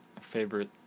favorite